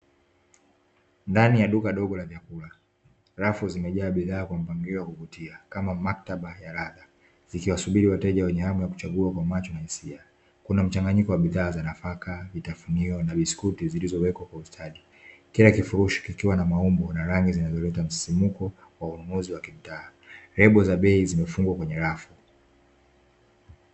Ndani ya duka dogo la vyakula rafu zimejaa bidhaa kwa mpangilio wa kuvutia kama maktaba ya rada zikiwasubiri wateja wenye hamu ya kuchagua kwa macho na hisia, kuna mchanganyiko wa bidhaa za nafaka, vitafunio na biskuti zilizowekwa kwa ustadi kila kifurushi kikiwa na maumbo na rangi zinazoleta msisimuko wa ununuzi wa kimtaa. Lebo za bei zimefungwa kwenye rafu.